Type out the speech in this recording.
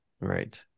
right